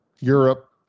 Europe